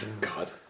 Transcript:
God